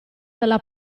dalla